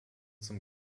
zum